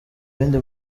ibindi